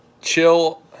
chill